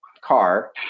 car